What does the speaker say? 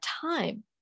time